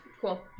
cool